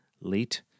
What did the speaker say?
late